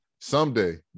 Someday